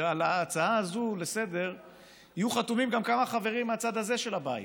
שעל ההצעה הזאת לסדר-היום יהיו חתומים גם כמה חברים מהצד הזה של הבית.